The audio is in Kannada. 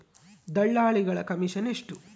ದಲ್ಲಾಳಿಗಳ ಕಮಿಷನ್ ಎಷ್ಟು?